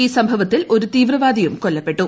ഈ സംഭവത്തിൽ ഒരു തീവ്രവാദിയും കൊല്ലപ്പെട്ടു